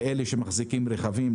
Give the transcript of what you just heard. לאלה שמחזיקים רכבים,